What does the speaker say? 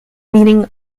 meaning